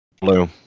Blue